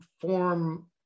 form